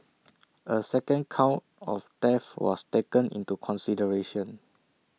A second count of theft was taken into consideration